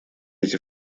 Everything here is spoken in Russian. эти